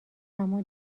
اما